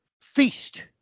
feast